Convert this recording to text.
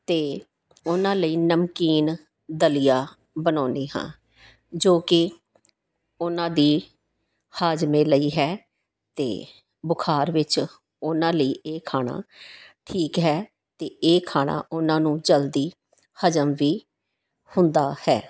ਅਤੇ ਉਹਨਾਂ ਲਈ ਨਮਕੀਨ ਦਲੀਆ ਬਣਾਉਂਦੀ ਹਾਂ ਜੋ ਕਿ ਉਹਨਾਂ ਦੇ ਹਾਜ਼ਮੇ ਲਈ ਹੈ ਅਤੇ ਬੁਖ਼ਾਰ ਵਿੱਚ ਉਹਨਾਂ ਲਈ ਇਹ ਖਾਣਾ ਠੀਕ ਹੈ ਅਤੇ ਇਹ ਖਾਣਾ ਉਹਨਾਂ ਨੂੰ ਜਲਦੀ ਹਜ਼ਮ ਵੀ ਹੁੰਦਾ ਹੈ